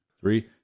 Three